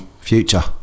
future